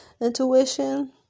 intuition